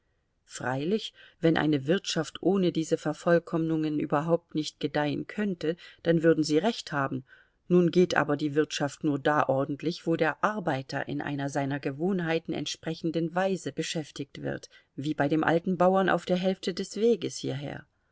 freilich wenn eine wirtschaft ohne diese vervollkommnungen überhaupt nicht gedeihen könnte dann würden sie recht haben nun geht aber die wirtschaft nur da ordentlich wo der arbeiter in einer seinen gewohnheiten entsprechenden weise beschäftigt wird wie bei dem alten bauern auf der hälfte des weges hierher